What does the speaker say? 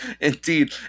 Indeed